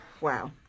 Wow